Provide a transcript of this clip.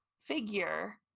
figure